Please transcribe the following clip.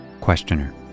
Questioner